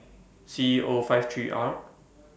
C E O five three R